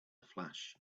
flash